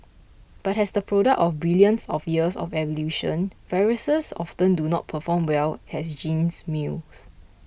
but as the product of billions of years of evolution viruses often do not perform well as gene mules